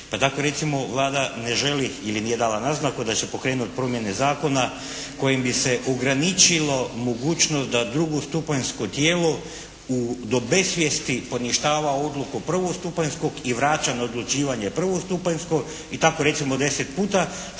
pa tako recimo Vlada ne želi ili nije dala naznaku da će pokrenuti promjene zakona kojim bi se ograničilo mogućnost da drugostupanjsko tijelo do besvijesti poništava odluku prvostupanjskog i vraća na odlučivanje prvostupanjsko i tako recimo deset puta što u